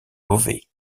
beauvais